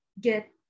get